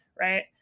Right